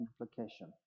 implication